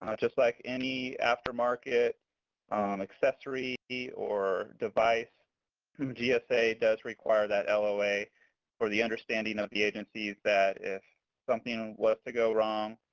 just like any after-market um accessory fee or device who gsa does require that loa for the understanding of the agencies that if something was to go wrong,